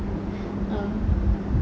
uh